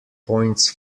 points